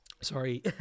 sorry